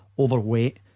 Overweight